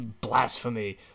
blasphemy